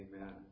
Amen